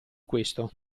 questo